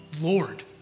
Lord